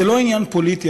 זה לא עניין פוליטי,